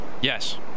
Yes